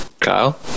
Kyle